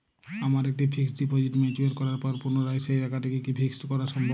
আমার একটি fixed deposit mature করার পর পুনরায় সেই টাকাটিকে কি ফিক্সড করা সম্ভব?